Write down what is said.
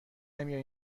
نمیایی